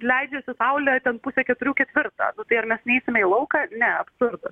leidžiasi saulė ten pusę keturių ketvirtą nu tai ar mes neisime į lauką ne absurdas